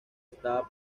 estaba